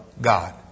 God